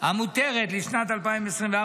המותרת לשנת 2024,